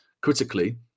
critically